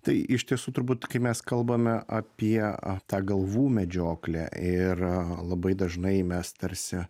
tai iš tiesų turbūt kai mes kalbame apie tą galvų medžioklę ir labai dažnai mes tarsi